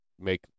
make